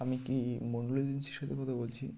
আমি কি মন্ডল এজেন্সির সাথে কথা বলছি